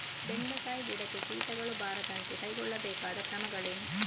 ಬೆಂಡೆಕಾಯಿ ಗಿಡಕ್ಕೆ ಕೀಟಗಳು ಬಾರದಂತೆ ಕೈಗೊಳ್ಳಬೇಕಾದ ಕ್ರಮಗಳೇನು?